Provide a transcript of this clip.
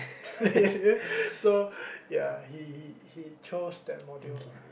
so ya he he he chose that module lah